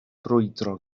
brwydro